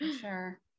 Sure